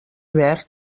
verd